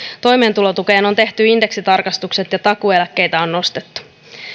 toimeentulotukeen on tehty indeksitarkistukset ja takuueläkkeitä on nostettu